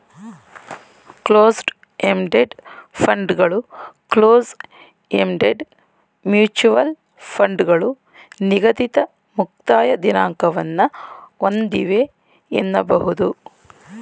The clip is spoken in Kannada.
ಕ್ಲೋಸ್ಡ್ ಎಂಡೆಡ್ ಫಂಡ್ಗಳು ಕ್ಲೋಸ್ ಎಂಡೆಡ್ ಮ್ಯೂಚುವಲ್ ಫಂಡ್ಗಳು ನಿಗದಿತ ಮುಕ್ತಾಯ ದಿನಾಂಕವನ್ನ ಒಂದಿವೆ ಎನ್ನಬಹುದು